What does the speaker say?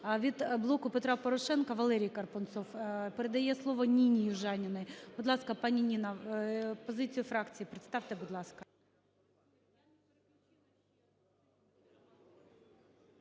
Від "Блоку Петра Порошенка" ВалерійКарпунцов передає слово Ніні Южаніній. Будь ласка, пані Ніна, позицію фракції представте, будь ласка.